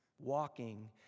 Walking